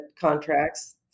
contracts